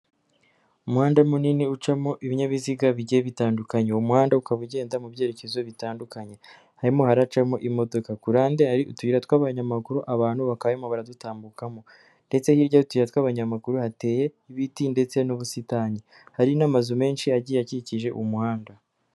Umuhanda munini ucamo ibinyabiziga bigiye bitandukanya umuhanda ukaba ugenda mu byerekezo bitandukanye, harimo haracamo imodoka ku ruhande hari utuyira tw'abanyamaguru abantu bakaba barimo baradutambukamo ndetse hirya y'utuyira tw'abanyamaguru hateye ibiti ndetse n'ubusitani, hari n'amazu menshi agiye akikije umuhanda.